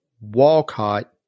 Walcott